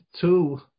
two